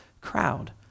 crowd